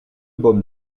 baume